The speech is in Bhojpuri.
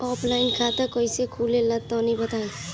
ऑफलाइन खाता कइसे खुलेला तनि बताईं?